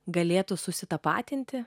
galėtų susitapatinti